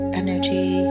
energy